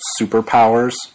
superpowers